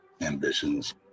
ambitions